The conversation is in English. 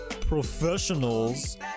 professionals